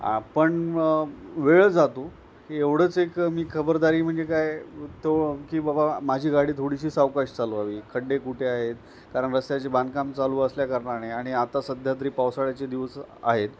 पण वेळ जातो की एवढंच एक मी खबरदारी म्हणजे काय तो की बाबा माझी गाडी थोडीशी सावकाश चालू हवी खड्डे कुठे आहेत कारण रस्त्याचे बांधकाम चालू असल्या कारणाने आणि आता सध्या तरी पावसाळ्याचे दिवस आहेत